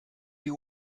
you